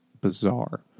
bizarre